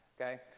okay